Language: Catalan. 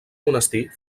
monestir